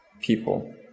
people